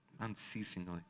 unceasingly